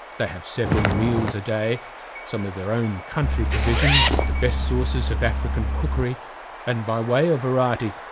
they have several meals a day some of their own country provisions, with the best sauces of african cookery and by way of variety,